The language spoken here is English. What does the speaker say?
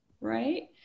right